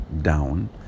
down